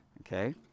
Okay